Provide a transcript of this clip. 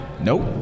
Nope